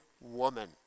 woman